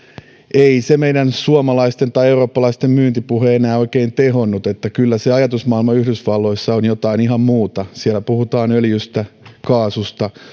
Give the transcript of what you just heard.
ei se meidän suomalaisten tai eurooppalaisten myyntipuhe enää oikein tehonnut että kyllä se ajatusmaailma yhdysvalloissa on jotain ihan muuta siellä puhutaan öljystä kaasusta